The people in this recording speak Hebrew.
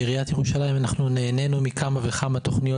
בעיריית ירושלים נהנינו מכמה וכמה תכניות